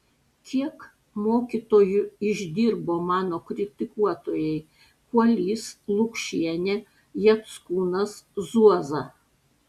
kiek mokytoju išdirbo mano kritikuotojai kuolys lukšienė jackūnas zuoza